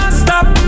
stop